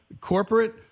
Corporate